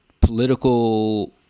political